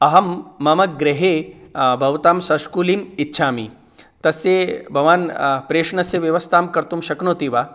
अहं मम गृहे भवतां शष्कुलीम् इच्छामि तस्य भवान् प्रेषणस्य व्यवस्थां कर्तुं शक्नोति वा